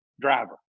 driver